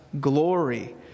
glory